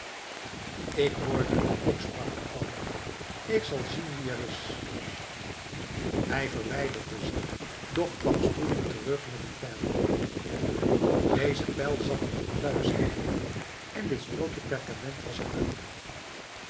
ik hoorde het ook sprak de oude man ik zal zien wie er is hij verwijderde zich doch kwam spoedig terug met een pijl deze pijl zat in het luik zeî hij en dit strookje perkament was er aan